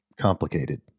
complicated